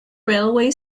railway